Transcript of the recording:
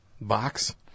box